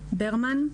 אלכסנדר ברמן.